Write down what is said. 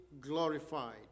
glorified